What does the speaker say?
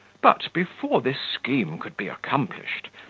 but, before this scheme could be accomplished,